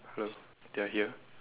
hello they're here